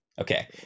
Okay